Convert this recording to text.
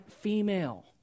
female